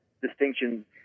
distinction